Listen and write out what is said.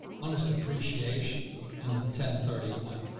one is depreciation and the the ten thirty one.